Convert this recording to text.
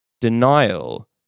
denial